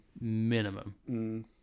minimum